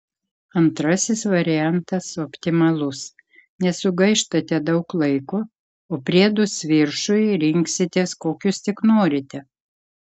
antrasis variantas optimalus nesugaištate daug laiko o priedus viršui rinksitės kokius tik norite